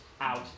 out